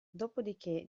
dopodiché